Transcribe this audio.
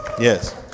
Yes